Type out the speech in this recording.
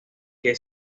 que